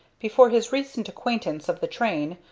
before his recent acquaintance of the train,